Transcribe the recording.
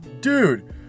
dude